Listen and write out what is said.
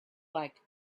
like